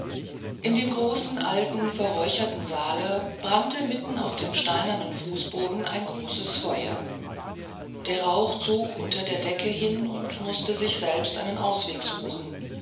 in dem großen alten verräucherten saale brannte mitten auf dem steinernen fußboden ein großes feuer der rauch zog unter der decke hin und mußte sich selbst den ausweg suchen